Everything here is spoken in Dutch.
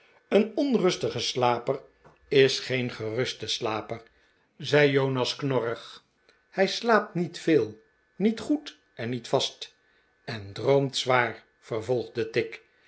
een onrustige slaper is geen geruste slaper zei jonas knorrig hij slaapt niet veel niet goed en niet vast en droomt zwaar vervolgde tigg